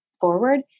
forward